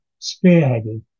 spearheaded